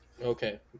Okay